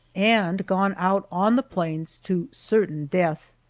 and gone out on the plains to certain death.